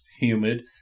humid